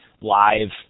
live